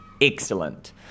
Excellent